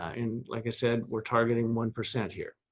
and like i said, we're targeting one percent here.